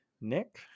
Nick